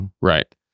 Right